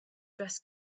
dress